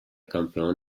campeón